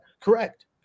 Correct